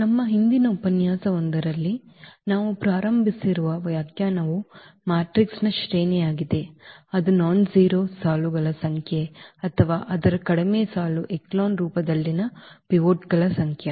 ನಮ್ಮ ಹಿಂದಿನ ಉಪನ್ಯಾಸವೊಂದರಲ್ಲಿ ನಾವು ಪ್ರಾರಂಭಿಸಿರುವ ವ್ಯಾಖ್ಯಾನವು ಮ್ಯಾಟ್ರಿಕ್ಸ್ನ ಶ್ರೇಣಿಯಾಗಿದೆ ಅದು ನಾನ್ ಜೀರೋ ಸಾಲುಗಳ ಸಂಖ್ಯೆ ಅಥವಾ ಅದರ ಕಡಿಮೆ ಸಾಲು ಎಚೆಲಾನ್ ರೂಪಗಳಲ್ಲಿನ ಪಿವೋಟ್ಗಳ ಸಂಖ್ಯೆ